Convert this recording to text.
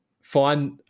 find-